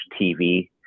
TV